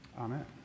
Amen